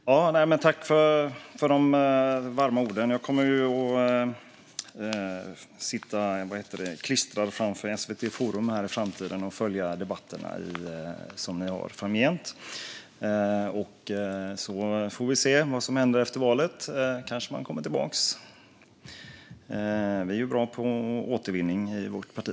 Fru talman! Jag tackar för de varma orden. Jag kommer i framtiden att sitta klistrad framför Forum på SVT och följa debatterna som ni har framgent. Vi får se vad som händer efter valet. Jag kanske kommer tillbaka. Vi är ju bra på återvinning i vårt parti.